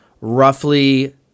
roughly